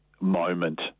moment